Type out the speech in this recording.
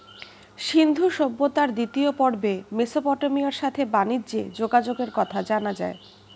সিন্ধু সভ্যতার দ্বিতীয় পর্বে মেসোপটেমিয়ার সাথে বানিজ্যে যোগাযোগের কথা জানা যায়